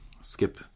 skip